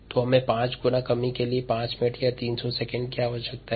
तब 5 गुना कमी के लिए 5 मिनट्स या 300 सेकंड की आवश्यकता है